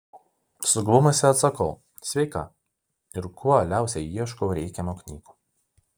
suglumusi atsakau sveika ir kuo uoliausiai ieškau reikiamų knygų